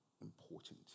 important